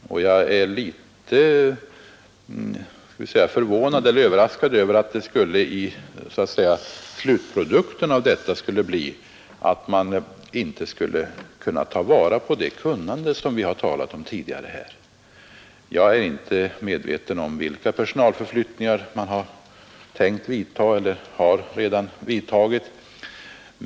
Jag är litet överraskad över att det sägs att slutprodukten skulle bli att vi inte kan ta vara på det kunnande som det här har talats om. Jag känner inte till vilka personalomflyttningar man vidtagit eller ämnar vidta.